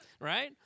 right